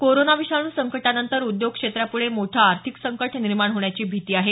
corona विषाणू संकटानंतर उद्योग क्षेत्रापुढे मोठं आर्थिक संकट निर्माण होण्याची भीती आहे